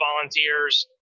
Volunteers